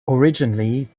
originally